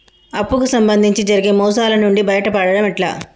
అప్పు కు సంబంధించి జరిగే మోసాలు నుండి బయటపడడం ఎట్లా?